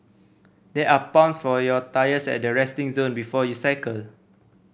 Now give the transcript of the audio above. there are pumps for your tyres at the resting zone before you cycle